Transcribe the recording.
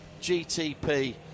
GTP